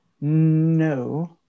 No